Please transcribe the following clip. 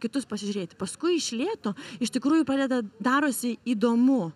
kitus pasižiūrėti paskui iš lėto iš tikrųjų padeda darosi įdomu